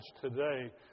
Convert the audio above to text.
today